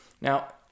Now